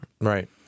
Right